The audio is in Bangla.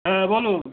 হ্যাঁ বলুন